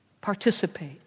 Participate